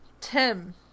Tim